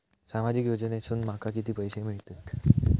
सामाजिक योजनेसून माका किती पैशे मिळतीत?